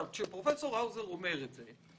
כשפרופ' האוזר אומר את זה,